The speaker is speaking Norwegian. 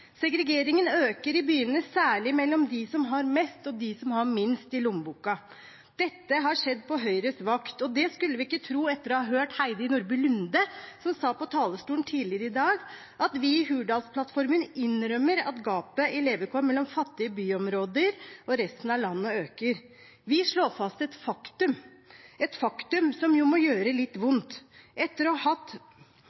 mest, og dem som har minst i lommeboka. Dette har skjedd på Høyres vakt. Det skulle vi ikke trodd etter å ha hørt representanten Heidi Nordby Lunde, som fra talerstolen tidligere i dag sa at vi i Hurdalsplattformen innrømmer at gapet i levekår mellom fattige byområder og resten av landet øker. Vi slår fast et faktum, et faktum som må gjøre litt